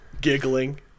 giggling